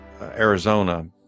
Arizona